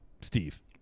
Steve